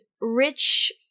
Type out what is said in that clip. rich